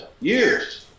Years